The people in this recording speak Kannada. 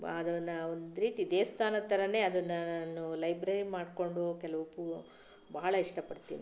ಅದನ್ನು ಒಂದು ರೀತಿ ದೇವಸ್ಥಾನದ ಥರನೇ ಅದನ್ನು ನಾನು ಲೈಬ್ರರಿ ಮಾಡಿಕೊಂಡು ಕೆಲವು ಪು ಬಹಳ ಇಷ್ಟಪಡ್ತೀನಿ